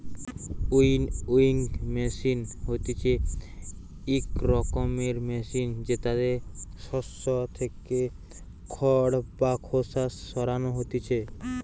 winnowing machine হতিছে ইক রকমের মেশিন জেতাতে শস্য থেকে খড় বা খোসা সরানো হতিছে